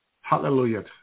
Hallelujah